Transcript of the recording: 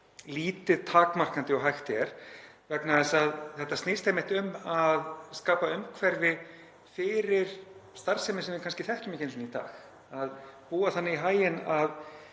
lítið takmarkandi og hægt er, vegna þess að þetta snýst einmitt um að skapa umhverfi fyrir starfsemi sem við kannski þekkjum ekki einu sinni í dag, að búa þannig í haginn að